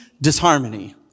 disharmony